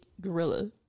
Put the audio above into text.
gorilla